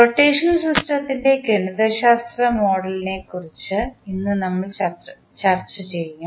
rotation സിസ്റ്റത്തിൻറെ ഗണിതശാസ്ത്ര മോഡലിംഗിനെക്കുറിച്ച് ഇന്ന് നമ്മൾ ചർച്ച ചെയ്യും